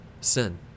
sin